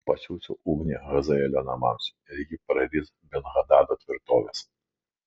pasiųsiu ugnį hazaelio namams ir ji praris ben hadado tvirtoves